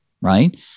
Right